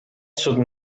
should